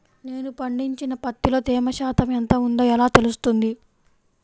నేను పండించిన పత్తిలో తేమ శాతం ఎంత ఉందో ఎలా తెలుస్తుంది?